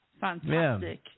Fantastic